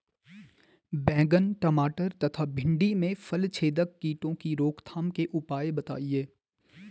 बैंगन टमाटर तथा भिन्डी में फलछेदक कीटों की रोकथाम के उपाय बताइए?